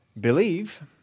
believe